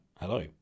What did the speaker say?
Hello